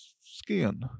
skin